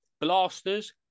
blasters